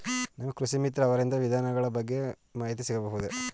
ನಮಗೆ ಕೃಷಿ ಮಿತ್ರ ಅವರಿಂದ ವಿಧಾನಗಳ ಬಗ್ಗೆ ಮಾಹಿತಿ ಸಿಗಬಹುದೇ?